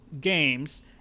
games